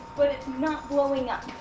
but it's not blowing up.